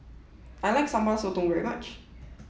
I like Sambal Sotong very much